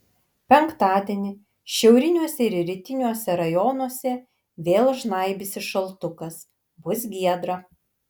penktadienį šiauriniuose ir rytiniuose rajonuose vėl žnaibysis šaltukas bus giedra